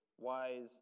wise